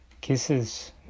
Kisses